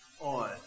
on